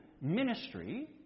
ministry